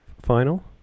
Final